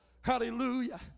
Hallelujah